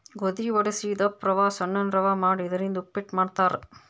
ಗೋಧಿ ವಡಸಿ ದಪ್ಪ ರವಾ ಸಣ್ಣನ್ ರವಾ ಮಾಡಿ ಇದರಿಂದ ಉಪ್ಪಿಟ್ ಮಾಡ್ತಾರ್